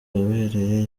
yabereye